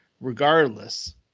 Regardless